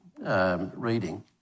reading